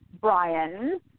Brian